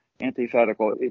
antithetical